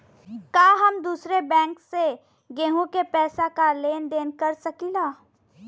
का हम दूसरे बैंक से केहू के पैसा क लेन देन कर सकिला?